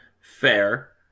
fair